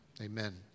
Amen